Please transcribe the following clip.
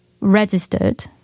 registered